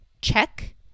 check